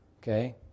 Okay